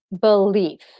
belief